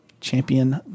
Champion